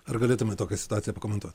ar galėtumėt tokią situaciją pakomentuot